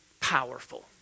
powerful